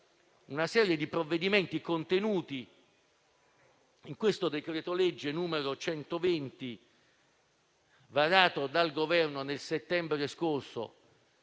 una serie di provvedimenti contenuti nel decreto-legge n. 120, varato dal Governo nel settembre scorso,